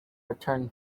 return